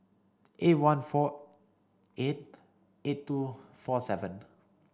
eight one four eight eight two four seven